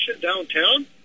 downtown